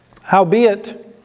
Howbeit